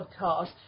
podcast